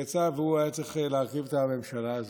יצא שהוא היה צריך להרכיב את הממשלה הזאת,